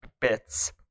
bits